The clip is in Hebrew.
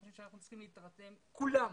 אני חושב שאנחנו צריכים להירתם כולנו